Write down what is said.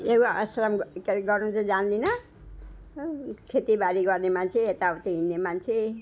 यो आश्रम के गर्नु चाहिँ जान्दिनँ खेतीबारी गर्ने मान्छे यताउति हिँड्ने मान्छे